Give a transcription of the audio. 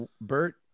Bert